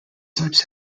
types